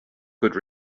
could